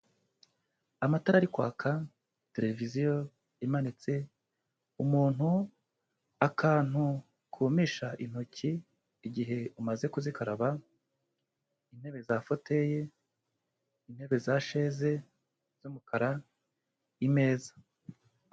Amatara ari kwaka, televiziyo imanitse, umuntu, akantu kumisha intoki igihe umaze kuzikaraba, intebe za foteye, intebe za sheze z'umukara, imeza.